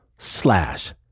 Slash